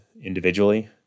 individually